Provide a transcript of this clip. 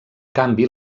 canvi